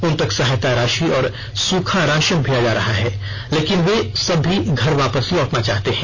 उन तक सहायता राषि और सूखा राशन भेजा जा रहा है लेकिन वे सब भी घर वापस लौटना चाहते हैं